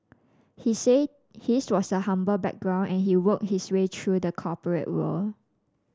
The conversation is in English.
he said his was a humble background and he worked his way through the corporate world